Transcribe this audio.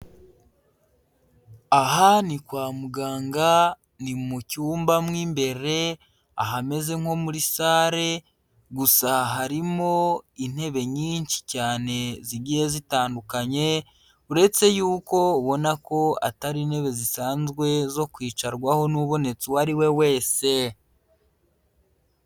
Aha ni kwa muganga, ni mu cyumba mo imbere ahameze nko muri salle, gusa aha harimo intebe nyinshi cyane zigiye zitandukanye, uretse yuko ubona ko atari intebe zisanzwe zo kwicarwaho n'ubonetse uwo ari we wese.